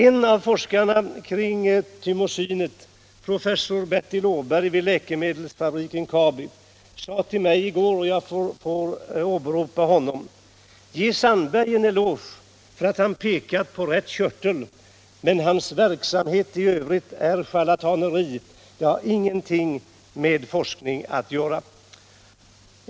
En av forskarna kring thymosinet, professor Bertil Åberg vid läkemedelsfabriken Kabi, sade till mig i går — och jag får åberopa honom: ”Ge Sandberg en eloge för att han pekat på rätt körtel, men hans verksamhet i övrigt är rent charlataneri. Det har inget med forskning att göra.